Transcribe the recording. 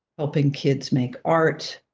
helping kids make art,